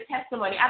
testimony